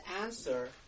answer